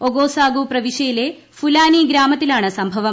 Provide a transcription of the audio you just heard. Ogossagou പ്രവിശ്യയിലെ Fulani ഗ്രാമത്തിലാണ് സംഭവം